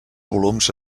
volums